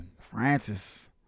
Francis